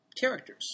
Characters